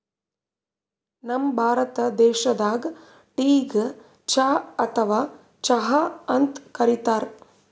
ನಮ್ ಭಾರತ ದೇಶದಾಗ್ ಟೀಗ್ ಚಾ ಅಥವಾ ಚಹಾ ಅಂತ್ ಕರಿತಾರ್